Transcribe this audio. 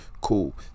Cool